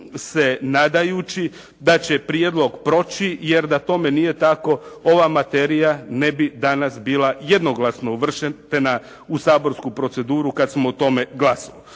se nadajući da će prijedlog proći, jer da tome nije tako ova materija ne bi danas bila jednoglasno bila uvrštena u saborsku proceduru kada smo o tome glasali.